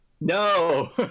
no